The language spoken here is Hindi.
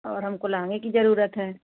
और हमको लहंगे की जरूरत है